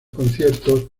conciertos